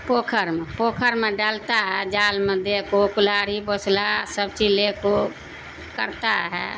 پوکھر میں پوکھر میں ڈالتا ہے جال میں دے کو کلہاڑی بوسلہ سب چیز لے کو کرتا ہے